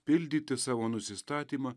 pildyti savo nusistatymą